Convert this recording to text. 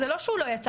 זה לא שהוא לא יצא,